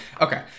okay